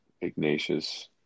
Ignatius